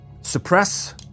Suppress